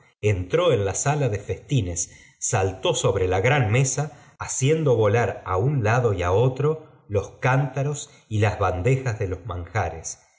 entró en la sala de nfe atines saltó sobre la gran mesa haciendo volar á un lado y á otro los cántaros y las bandejas de nlos manjares